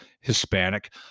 Hispanic